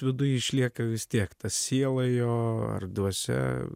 viduj išlieka vis tiek ta siela jo ar dvasia